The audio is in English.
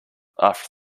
after